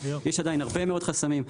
יש עדיין הרבה מאוד חסמים.